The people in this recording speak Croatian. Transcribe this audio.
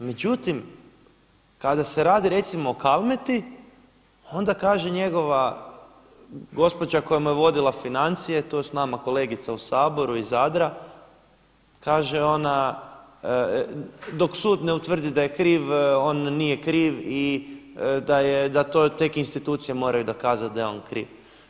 Međutim, kada se radi recimo o Kalmeti onda kaže njegova gospođa koja mu je vodila financije, tu je s nama kolegica u Saboru iz Zadra, kaže ona, dok sud ne utvrdi da je kriv, on nije kriv i da to te institucije moraju dokazati da je on kriv.